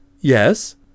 Yes